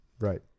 Right